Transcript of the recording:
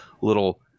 little